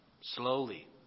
slowly